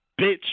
bitch